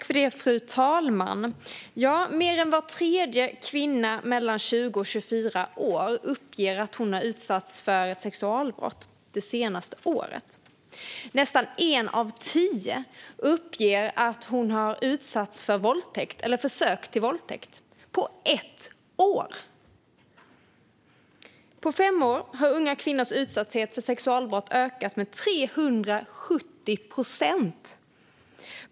Fru talman! Mer än var tredje kvinna mellan 20 och 24 år uppger att hon har utsatts för sexualbrott det senaste året. Nästan en av tio uppger att hon har utsatts för våldtäkt eller försök till våldtäkt - på ett år. På fem år har unga kvinnors utsatthet för sexualbrott ökat med 370 procent.